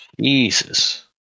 Jesus